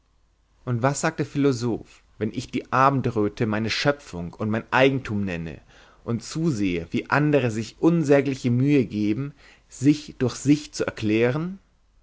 und was sagt der philosoph wenn ich die abendröte meine schöpfung und mein eigentum nenne und zusehe wie andere sich unsägliche mühe geben sich durch sich zu erklären